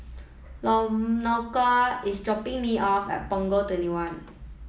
is dropping me off at Punggol twenty one